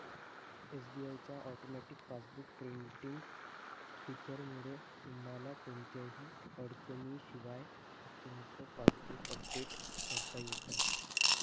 SBI च्या automatic passbook printing फीचरमुळे तुम्हाला कोणत्याही अडचणीशिवाय तुमचं पासबुक अपडेट करता येतं